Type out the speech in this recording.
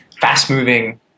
fast-moving